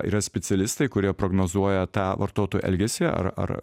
yra specialistai kurie prognozuoja tą vartotojų elgesį ar ar